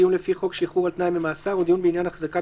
דיון לפי חוק שחרור על-תנאי ממאסר או דיון בעניין החזקת